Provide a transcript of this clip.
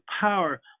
power